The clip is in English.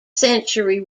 century